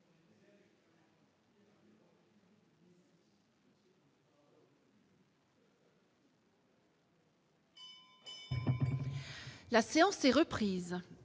La séance est reprise.